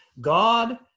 God